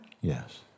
Yes